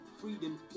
freedom